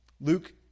Luke